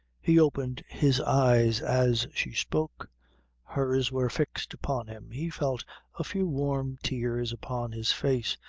he opened his eyes as she spoke hers were fixed upon him. he felt a few warm tears upon his face,